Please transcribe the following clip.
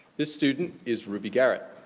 this student is ruby garrett.